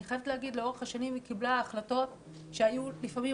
אני חייבת להגיד: לאורך השנים היא קיבלה החלטות שהיו לפעמים